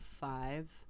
five